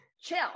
chill